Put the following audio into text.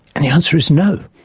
and the answer is no,